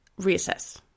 reassess